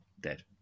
dead